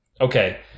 okay